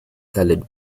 colored